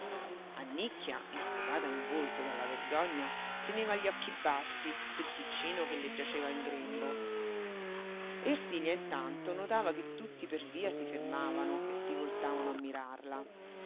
carrozza annicchia infocata in volto dalla vergogna teneva gli occhi bassi sul piccino che le giaceva in grembo ersilia intanto notava che tutti per via si fermavano e si voltavano